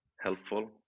helpful